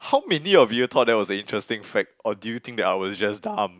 how many of you thought that was an interesting fact or did you think that I was just dumb